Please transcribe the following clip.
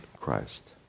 Christ